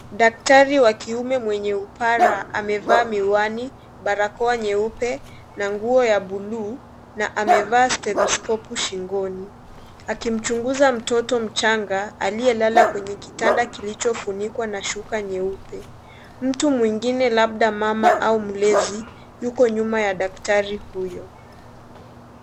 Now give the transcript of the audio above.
Daktari wa kiume mwenye upara amevaa miwani barakoa nyeupe na nguo ya bluu na amevaa steloskopu shingoni, akimchunguza mtoto mchanga aliyelala kwenye kitanda kilichofunikwa na shuka nyeupe, mtu mwingine labda mama au mlezi yuko nyuma ya daktari huyo.